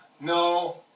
no